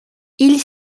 ils